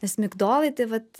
nes migdolai tai vat